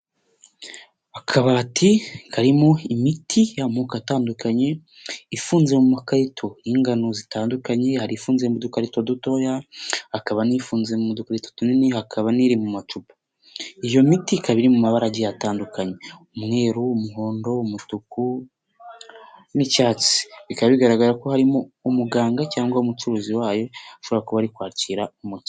Akabati karimo imiti y'amoko atandukanye ifunze mu makarito y'ingano zitandukanye, hari ifunze mu dukarito dutoya hakaba n'ifunze mu dukarito tunini hakaba n'iri mu macupa, iyo miti ikaba iri mu mabara agiye atandukanye: umweru, umuhondo, umutuku n'icyatsi, bikaba bigaragara ko harimo umuganga cyangwa umucuruzi wayo ushobora kuba ari kwakira umukire.